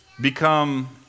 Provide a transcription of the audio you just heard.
become